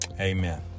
Amen